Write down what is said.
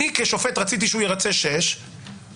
אני כשופט רציתי שהוא ירצה שישה חודשים,